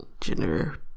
gender